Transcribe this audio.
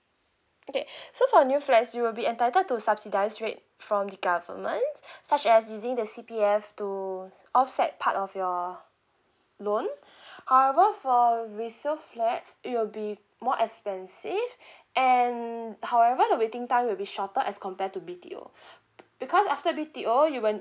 okay so for new flats you'll be entitled to subsidise straight from the government such as using the C_P_F to offset part of your loan however for resale flats it will be more expensive and however the waiting time will be shorter as compared to B_T_O because after B_T_O you will